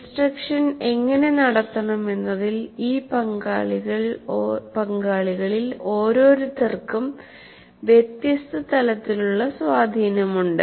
instruction എങ്ങനെ നടത്തണമെന്നതിൽ ഈ പങ്കാളികളിൽ ഓരോരുത്തർക്കും വ്യത്യസ്ത തലത്തിലുള്ള സ്വാധീനമുണ്ട്